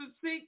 seek